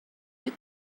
you